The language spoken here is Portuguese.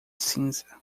cinza